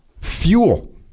fuel